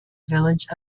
village